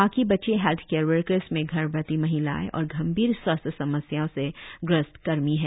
बाकी बचे health care workers में गर्भवती महिलाएं और गंभीर स्वास्थ्य समस्याओं से ग्रस्त कर्मी है